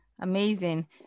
amazing